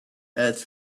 earth